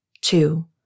Two